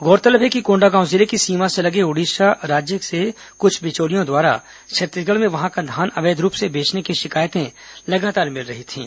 गौरतलब है कि कोंडागांव जिले की सीमा से लगे उड़ीसा राज्य से कुछ बिचौलियो द्वारा छत्तीसगढ़ में वहां का धान अवैध रूप से बेचने की शिकायतें लगातार मिल रही थीं